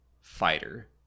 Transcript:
fighter